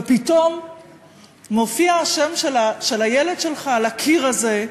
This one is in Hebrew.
ופתאום מופיע השם של הילד שלך על הקיר הזה,